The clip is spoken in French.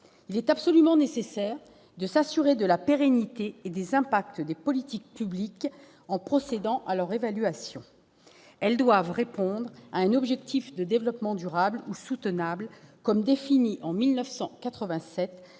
il est absolument nécessaire de s'assurer de la pérennité et des impacts des politiques publiques en procédant à leur évaluation. Ces politiques doivent répondre à un objectif de développement durable, ou soutenable, tel qu'il a été défini en 1987